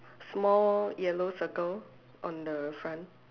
small yellow circle on the front